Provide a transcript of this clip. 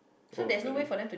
oh really